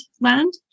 land